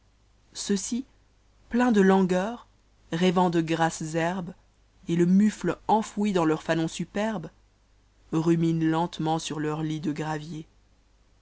ceux-ci pleins de langueur rêvant de grasses herbes et le muoe enfoui dans leurs fanons superbes ruminent lentement sur leur lit de graviers